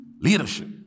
leadership